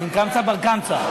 עם קמצא ובר-קמצא.